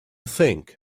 think